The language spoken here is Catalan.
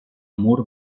mur